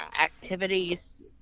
activities